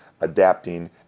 adapting